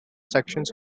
sections